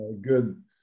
good